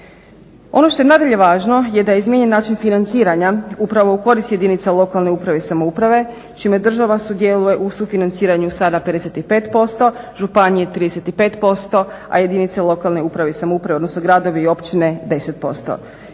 Ono što je nadalje važno je da je izmijenjen način financiranja upravo u korist jedinica lokalne uprave i samouprave čime država sudjeluje u sufinanciranju sada 55%, županije 35%, a jedinice lokalne uprave i samouprave, odnosno gradovi i općine 10%.